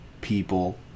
people